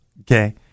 okay